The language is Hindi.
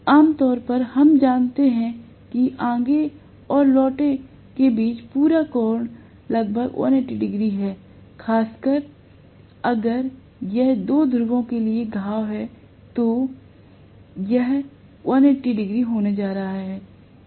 आम तौर पर हम मानते हैं कि आगे और लौटे के बीच पूरा कोण लगभग 180 डिग्री है खासकर अगर यह दो ध्रुवों के लिए घाव है तो यह 180 डिग्री होने जा रहा है